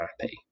happy